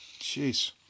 Jeez